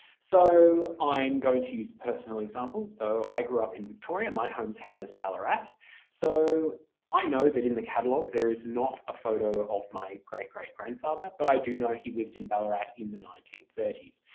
so i'm going to use a personal example so i grew up in victoria, my home town is ballarat so i know that in the catalogue there is not a photo of my great-grandfather but i do know he lived in ballarat in the nineteen thirty s.